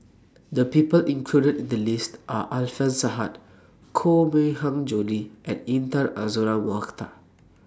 The People included in The list Are Alfian Sa'at Koh Mui Hiang Julie and Intan Azura Mokhtar